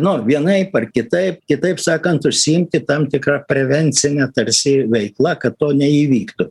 nu vienaip ar kitaip kitaip sakant užsiimti tam tikra prevencine tarsi veikla kad to neįvyktų